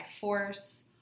force